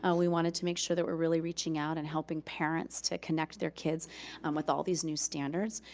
ah we wanted to make sure that we're really reaching out and helping parents to connect their kids um with all these new standards.